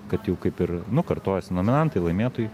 kad jau kaip ir nu kartojasi nominantai laimėtojai